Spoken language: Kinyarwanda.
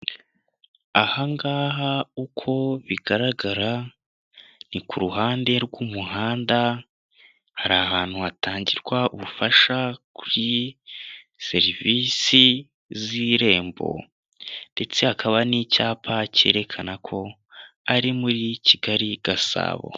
Aha ngaha uko bigaragara ni ku ruhande rw'umuhanda, hari ahantu hatangirwa ubufasha kuri serivisi z'Irembo, ndetse hakaba n'icyapa cyerekana ko ari muri Kigali - Gasabo.